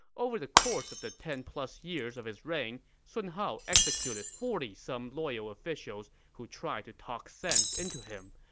over the course of the first ten plus years of his reign, sun hao executed forty some loyal officials who tried to talk sense into him.